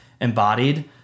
embodied